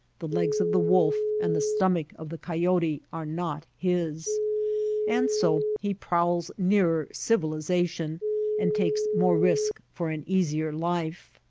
the legs of the wolf, and the stomach of the coyote are not his and so he prowls nearer civilization and takes more risk for an easier life.